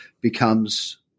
becomes